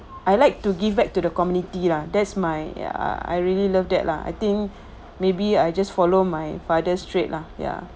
I'd like to give back to the community lah that's my ya I really love that lah I think maybe I just follow my father straight lah ya